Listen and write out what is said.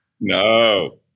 No